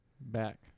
Back